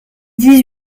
dix